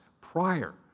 prior